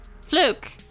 Fluke